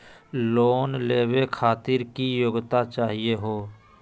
Loan लेवे खातीर की योग्यता चाहियो हे?